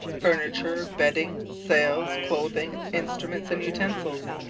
furniture, bedding, sails, clothing, instruments, and utensils.